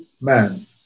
man